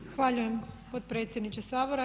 Zahvaljujem potpredsjedniče Sabor.